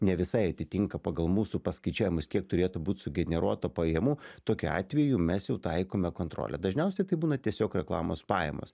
ne visai atitinka pagal mūsų paskaičiavimus kiek turėtų būt sugeneruota pajamų tokiu atveju mes jau taikome kontrolę dažniausiai tai būna tiesiog reklamos pajamos